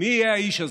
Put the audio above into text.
מי יהיה האיש הזה?